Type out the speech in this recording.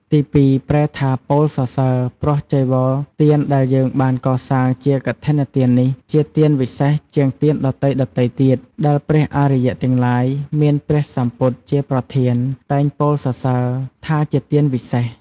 ទីពីរប្រែថាពោលសរសើរ ព្រោះចីវទានដែលយើងបានកសាងជាកឋិនទាននេះ ជាទានវិសេសជាងទានដទៃៗទៀតដែលព្រះអរិយទាំងឡាយមានព្រះសម្ពុទ្ធជាប្រធាន តែងពោលសរសសើរថាជាទានវិសេស។